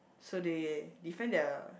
so they defend their